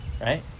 Right